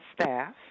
staff